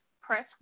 press